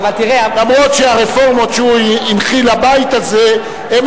גם אם הרפורמות שהוא הנחיל לבית הזה הן